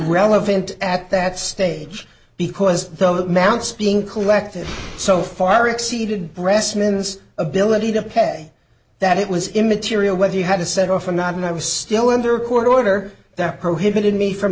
irrelevant at that stage because the mounts being collected so far exceeded rest minutes ability to pay that it was immaterial whether you had to set off or not and i was still under court order that prohibited me from